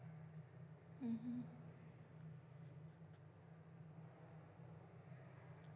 mmhmm